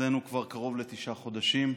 אצלנו כבר קרוב לתשעה חודשים,